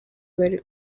bari